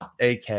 AK